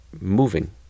moving